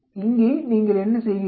இங்கே நீங்கள் என்ன செய்கிறீர்கள்